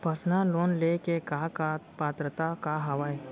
Personal loan ले के का का पात्रता का हवय?